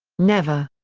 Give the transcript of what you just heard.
never!